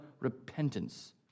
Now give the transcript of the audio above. repentance